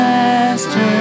Master